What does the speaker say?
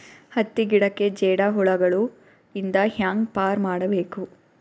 ಹತ್ತಿ ಗಿಡಕ್ಕೆ ಜೇಡ ಹುಳಗಳು ಇಂದ ಹ್ಯಾಂಗ್ ಪಾರ್ ಮಾಡಬೇಕು?